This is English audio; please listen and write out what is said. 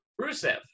Rusev